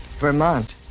Vermont